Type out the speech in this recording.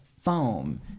foam